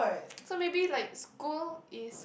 so maybe like school is